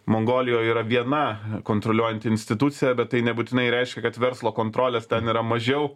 mongolijoj yra viena kontroliuojanti institucija bet tai nebūtinai reiškia kad verslo kontrolės ten yra mažiau